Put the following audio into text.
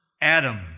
Adam